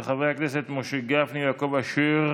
של חברי הכנסת משה גפני ויעקב אשר.